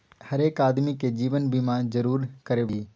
हरेक आदमीकेँ जीवन बीमा जरूर करेबाक चाही